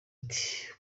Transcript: ati